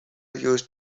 used